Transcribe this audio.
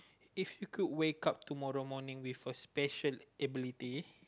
if you could wake up tomorrow morning with a special ability